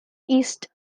east